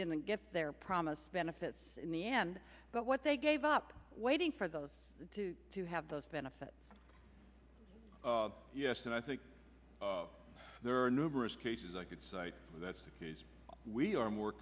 didn't get their promised benefits in the end but what they gave up waiting for those two to have those benefits yes and i think there are numerous cases i could cite and that's the case we are more